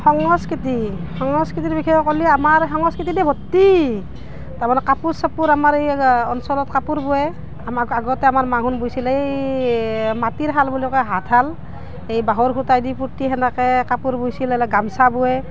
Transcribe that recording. সংস্কৃতি সংস্কৃতিৰ বিষয়ে ক'লে আমাৰ সংস্কৃতি দি ভৰ্তি তাৰমানে কাপোৰ চাপোৰ আমাৰ এই অঞ্চলত কাপোৰ বুৱে আমাক আগতে আমাৰ মাহুন বৈছিলে এই মাটিৰ শাল বুলি কয় হাতশাল এই বাঁহৰ খুঁটাইদি পুতি সেনেকৈ কাপোৰ বৈছিল এলা গামোচা বুৱে